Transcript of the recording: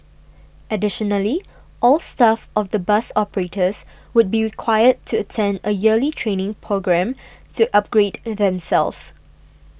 additionally all staff of the bus operators would be required to attend a yearly training programme to upgrade themselves